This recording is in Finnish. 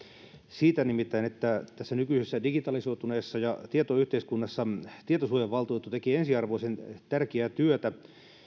siitä nimittäin että tässä nykyisessä digitalisoituneessa tietoyhteiskunnassa tietosuojavaltuutettu tekee ensiarvoisen tärkeää työtä